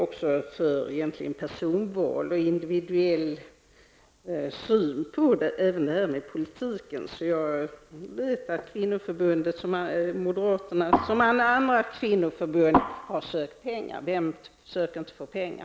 Egentligen är jag för personval och individuell syn även på politiken. Jag vet att moderaternas kvinnoförbund, liksom andra kvinnoförbund, har sökt pengar. Vem söker inte få pengar?